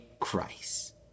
Christ